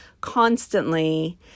constantly